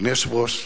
אדוני היושב-ראש,